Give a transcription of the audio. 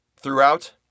Throughout